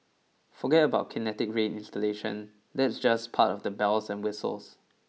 forget about Kinetic Rain installation that's just part of the bells and whistles